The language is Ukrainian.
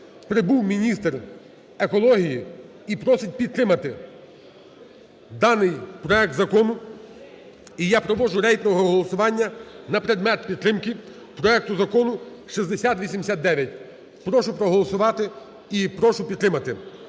Прибув міністр екології і просить підтримати даний проект закону. І я проводжу рейтингове голосування на предмет підтримки проекту Закону 6089. Прошу проголосувати і прошу підтримати.